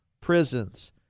prisons